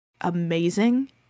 amazing